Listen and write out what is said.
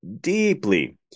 deeply